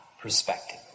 perspective